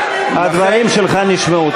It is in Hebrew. אני רוצה, הדברים שלך נשמעו.